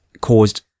caused